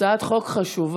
הצעת חוק חשובה.